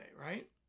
right